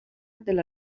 della